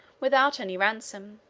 without any ransom.